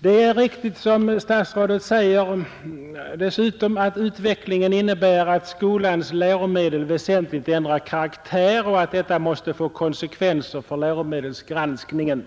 Det är riktigt som statsrådet dessutom säger att utvecklingen innebär att skolans läromedel väsentligt ändrar karaktär och att detta måste få konsekvenser för läromedelsgranskningen.